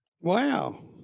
Wow